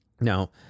Now